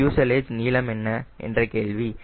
fuselage நீளம் என்ன என்ற கேள்வி